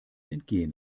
entgehen